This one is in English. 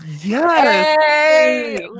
Yes